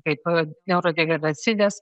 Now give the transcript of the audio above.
kaip neurodegeneracinės